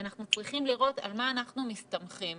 אנחנו צריכים לראות על מה אנחנו מסתמכים,